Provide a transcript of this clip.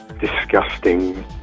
disgusting